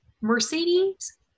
Mercedes